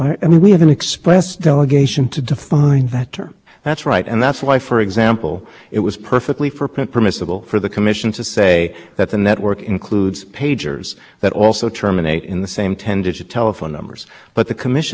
express delegation to define that term that's right and that's why for example it was perfectly for permissible for the commission to say that the network includes pagers that also terminate in the same ten digit telephone numbers but the commission's discretion